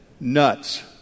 Nuts